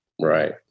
right